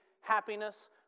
happiness